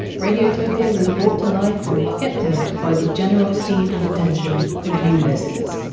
radiotopia was brought to life and kept in it by the generosity and attention of you listeners.